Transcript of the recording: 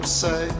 say